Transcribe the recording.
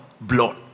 Blood